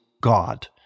God